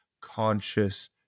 conscious